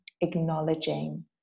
acknowledging